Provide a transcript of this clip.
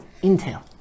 intel